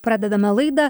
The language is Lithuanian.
pradedame laidą